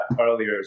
earlier